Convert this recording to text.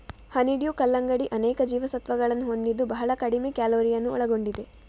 honeydew ಕಲ್ಲಂಗಡಿ ಅನೇಕ ಜೀವಸತ್ವಗಳನ್ನು ಹೊಂದಿದ್ದು ಬಹಳ ಕಡಿಮೆ ಕ್ಯಾಲೋರಿಯನ್ನು ಒಳಗೊಂಡಿದೆ